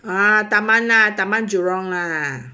ah taman lah taman jurong lah